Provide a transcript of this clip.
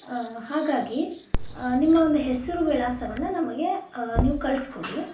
ಹಾಗಾಗೀ ನಿಮ್ಮ ಒಂದು ಹೆಸರು ವಿಳಾಸವನ್ನು ನಮಗೆ ನೀವು ಕಳಿಸಿಕೊಡಿ